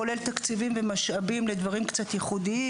כולל תקציבים ומשאבים לדברים קצת ייחודיים.